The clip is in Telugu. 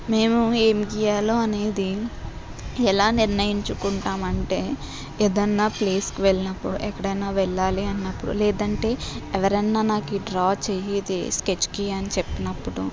మేము ఏం గీయాలో అనేది ఎలా నిర్ణయించుకుంటాము అంటే ఏదైనా ప్లేసుకి వెళ్ళినప్పుడు ఎక్కడైనా వెళ్ళాలి అన్నప్పుడు లేదు అంటే ఎవరైనా నాకు ఈ డ్రా చేయి ఇది స్కెచ్ గీయి అని చెప్పినప్పుడు